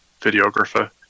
videographer